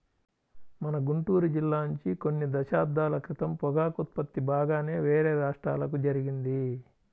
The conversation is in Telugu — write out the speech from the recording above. మన గుంటూరు జిల్లా నుంచి కొన్ని దశాబ్దాల క్రితం పొగాకు ఉత్పత్తి బాగానే వేరే రాష్ట్రాలకు జరిగింది